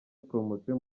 promotion